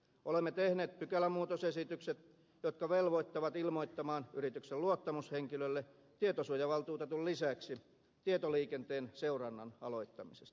olemme tehneet pykälämuutosesitykset jotka velvoittavat ilmoittamaan yrityksen luottamushenkilölle tietosuojavaltuutetun lisäksi tietoliikenteen seurannan aloittamisesta